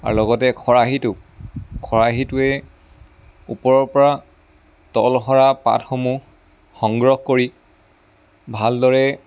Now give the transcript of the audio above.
আৰু লগতে খৰাহিটো খৰাহিটোৱে ওপৰৰ পৰা তলসৰা পাতসমূহ সংগ্ৰহ কৰি ভালদৰে